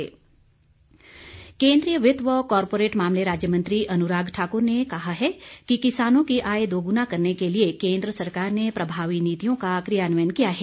अनुराग ठाकुर केंद्रीय वित्त व कॉरपोरेट मामले राज्य मंत्री अनुराग ठाक्र ने कहा है कि किसानों की आय दोग्ना करने के लिए केंद्र सरकार ने प्रभावी नीतियों का क्रियान्वयन किया है